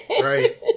Right